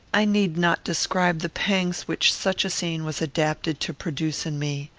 i need not describe the pangs which such a scene was adapted to produce in me.